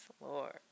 Lord